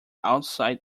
outside